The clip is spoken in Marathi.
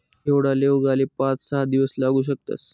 घेवडाले उगाले पाच सहा दिवस लागू शकतस